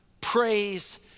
Praise